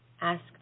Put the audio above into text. Ask